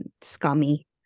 scummy